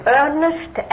earnest